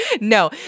No